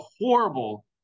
horrible